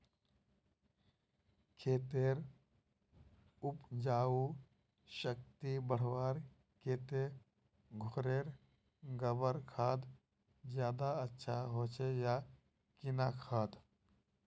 खेतेर उपजाऊ शक्ति बढ़वार केते घोरेर गबर खाद ज्यादा अच्छा होचे या किना खाद?